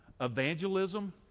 Evangelism